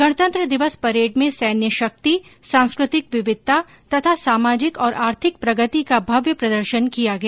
गणतंत्र दिवस परेड में सैन्य शक्ति सांस्कृतिक विविधता तथा सामाजिक और आर्थिक प्रगति का भव्य प्रदर्शन किया गया